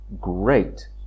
great